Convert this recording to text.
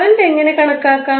current എങ്ങനെ കണക്കാക്കും